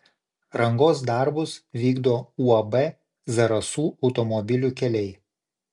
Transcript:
rangos darbus vykdo uab zarasų automobilių keliai